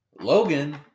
Logan